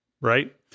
right